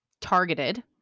targeted